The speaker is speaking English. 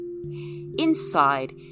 Inside